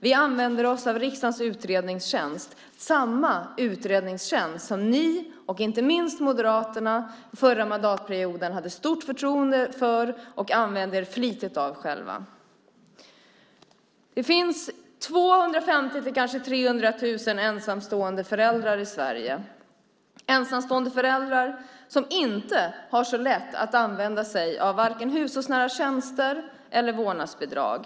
Vi använder oss av riksdagens utredningstjänst, samma utredningstjänst som ni, Stefan Attefall, och inte minst Moderaterna under den förra mandatperioden hade stort förtroende för och använde er flitigt av. Det finns 250 000-300 000 ensamstående föräldrar i Sverige, ensamstående föräldrar som inte har så lätt att använda sig av vare sig hushållsnära tjänster eller vårdnadsbidrag.